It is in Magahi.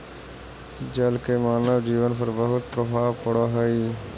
जल के मानव जीवन पर बहुत प्रभाव पड़ऽ हई